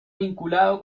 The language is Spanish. vinculado